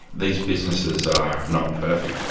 these businesses are not perfect.